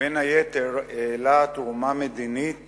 ובין היתר העלה תרומה מדינית